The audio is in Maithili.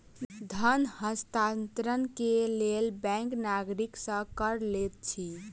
धन हस्तांतरण के लेल बैंक नागरिक सॅ कर लैत अछि